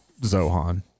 Zohan